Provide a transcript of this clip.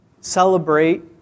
celebrate